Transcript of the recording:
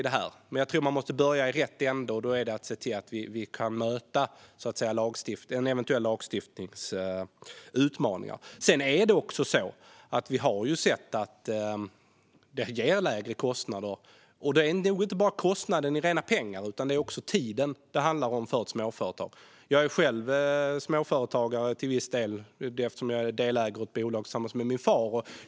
Jag dock tror att man måste börja i rätt ände, och det är att se till att vi kan möta utmaningarna till följd av en eventuell lagstiftning. Vi har också sett att det ger lägre kostnader - inte bara i rena pengar, utan för ett litet företag handlar det också om tid. Jag är själv till viss del småföretagare eftersom jag är delägare i ett bolag tillsammans med min far.